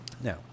Now